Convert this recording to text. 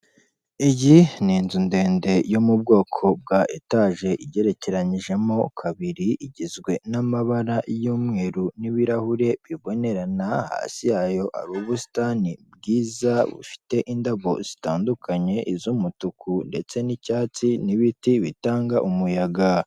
Iyi ni inzu ndende yo mu bwoko bwa etaje igerekeranyijemo kabiri igizwe n'amabara y'umweru n'ibirahure bibonerana, hasi yayo hari ubusitani bwiza bufite indabo zitandukanye iz'umutuku ndetse n'icyatsi n'ibiti bitanga umuyaga.